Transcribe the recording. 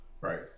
Right